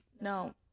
no